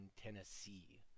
Tennessee